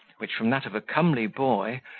which, from that of a comely boy,